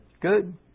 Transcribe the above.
Good